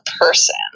person